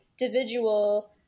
individual